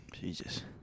Jesus